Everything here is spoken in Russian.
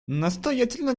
настоятельно